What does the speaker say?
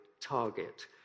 target